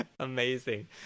Amazing